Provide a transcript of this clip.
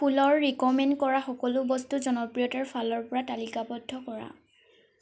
ফুলৰ ৰিক'মেণ্ড কৰা সকলো বস্তু জনপ্ৰিয়তাৰ ফালৰ পৰা তালিকাবদ্ধ কৰা